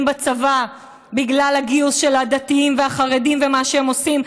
בצבא בגלל הגיוס של הדתיים והחרדים ומה שהם עושים,